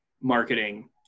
marketing